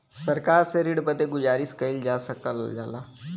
सरकार से ऋण बदे गुजारिस कइल जा सकल जाला